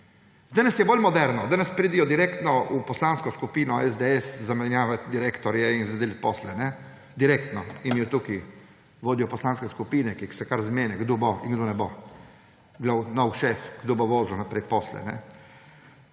Danes je bolj moderno. Danes pridejo direktno v Poslansko skupino SDS zamenjevati direktorje in delati posle, direktno, imajo tukaj vodjo poslanske skupine, ki se kar zmeni, kdo bo in kdo ne bo nov šef, kdo bo vozil naprej posle.